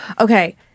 Okay